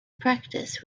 practice